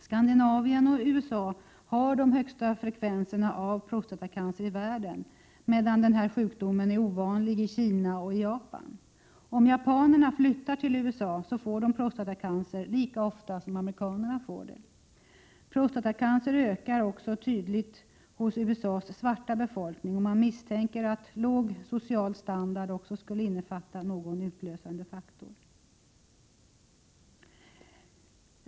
Skandinavien och USA har den högsta frekvensen av prostatacancer i världen, medan denna sjukdom är ovanlig i Kina och Japan. Om japaner flyttar till USA får de prostatacancer lika ofta som amerikaner. Prostatacancer ökar tydligt hos USA:s svarta befolkning, och låg social standard misstänks också innefatta någon utlösande faktor.